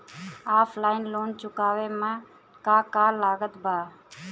Offline loan चुकावे म का का लागत बा?